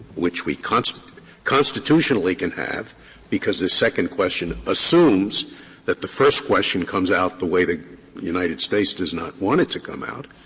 which we constitutionally constitutionally can have because the second question assumes that the first question comes out the way the united states does not want it to come out,